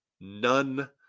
none